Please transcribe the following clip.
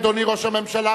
אדוני ראש הממשלה,